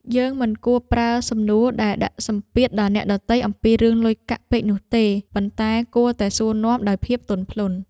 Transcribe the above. យើងមិនគួរប្រើសំណួរដែលដាក់សម្ពាធដល់អ្នកដទៃអំពីរឿងលុយកាក់ពេកនោះទេ ប៉ុន្តែគួរតែសួរនាំដោយភាពទន់ភ្លន់។